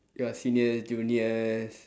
your seniors juniors